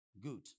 Good